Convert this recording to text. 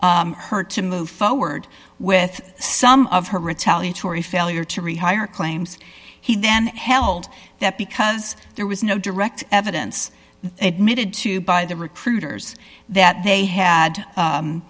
her to move forward with some of her retaliatory failure to rehire claims he then held that because there was no direct evidence admitted to by the recruiters that they had